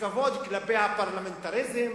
בכבוד כלפי הפרלמנטריזם,